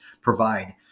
provide